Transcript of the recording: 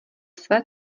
své